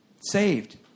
Saved